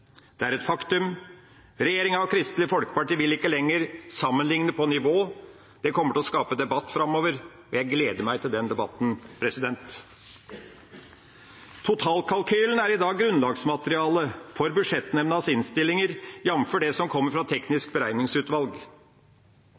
Det er et faktum: Regjeringa og Kristelig Folkeparti vil ikke lenger sammenligne på nivå. Det kommer til å skape debatt framover, og jeg gleder meg til den debatten. Totalkalkylen er i dag grunnlagsmaterialet for Budsjettnemndas innstillinger, jf. det som kommer fra Teknisk beregningsutvalg.